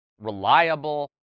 reliable